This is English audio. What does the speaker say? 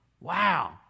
Wow